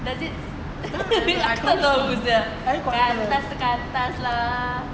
does it aku tak tahu sia qantas qantas lah